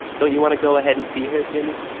don't you want to go ahead and see her, jimmy?